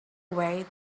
way